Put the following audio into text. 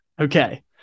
Okay